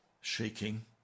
shaking